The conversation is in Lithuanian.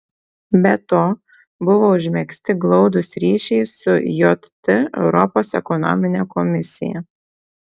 be to buvo užmegzti glaudūs ryšiai su jt europos ekonomine komisija